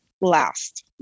last